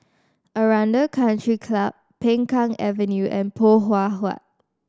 Aranda Country Club Peng Kang Avenue and Poh Huat Huat